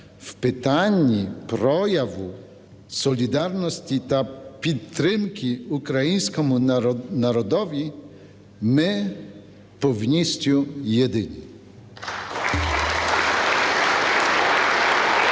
в питанні прояву солідарності та підтримки українському народові ми повністю єдині. (Оплески)